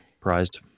prized